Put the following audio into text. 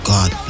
God